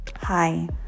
Hi